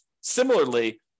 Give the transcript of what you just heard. Similarly